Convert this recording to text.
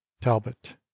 Talbot